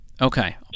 Okay